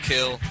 Kill